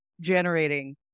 generating